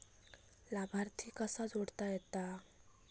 लाभार्थी कसा जोडता येता?